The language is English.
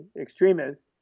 extremists